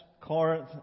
Corinth